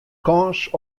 kâns